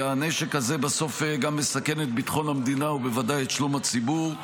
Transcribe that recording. הנשק הזה בסוף גם מסכן את ביטחון המדינה ובוודאי את שלום הציבור.